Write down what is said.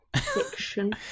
fiction